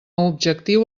objectiu